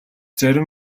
зарим